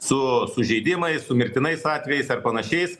su sužeidimais su mirtinais atvejais ar panašiais